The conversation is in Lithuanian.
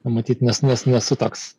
matyt nes nes nesu toks